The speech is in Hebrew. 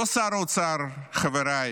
אותו שר אוצר, חבריי,